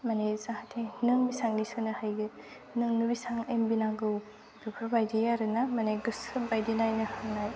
माने जाहाथे नों बेसेबांनि सोनो हायो नोंनो बेसेबां एम बि नांगौ बेफोरबायदि आरोना माने गोसो बायदि नायनो हानाय